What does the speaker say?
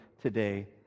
today